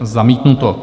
Zamítnuto.